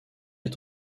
est